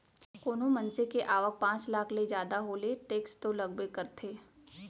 कोनो मनसे के आवक पॉच लाख ले जादा हो ले टेक्स तो लगबे करथे